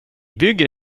bygger